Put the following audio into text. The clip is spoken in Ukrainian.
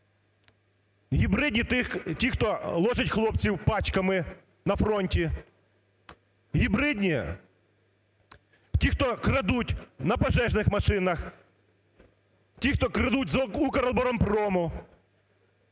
Гібридні – ті, хто ложать хлопців пачками на фронті. Гібридні – ті, хто крадуть на пожежних машинах, ті хто крадуть в "Укроборонпрому".